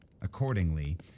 Accordingly